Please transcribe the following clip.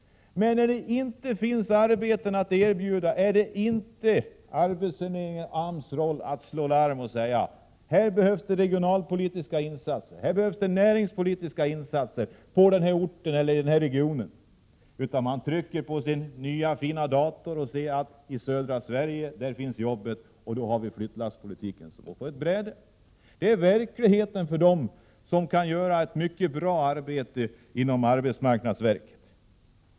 Men när det inte finns arbeten att erbjuda är det inte arbetsförmedlingens eller AMS uppgift att slå larm och tala om att det på en ort eller i en region behövs regionalpolitiska eller näringspolitiska insatser. I stället trycker man på sin nya fina dator och ser att det är i södra Sverige som jobben finns — det är flyttlasspolitiken som på ett bräde. Detta är verkligheten för dem som kan göra ett mycket bra arbete inom arbetsmarknadsverket.